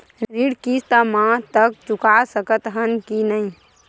ऋण किस्त मा तक चुका सकत हन कि नहीं?